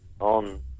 on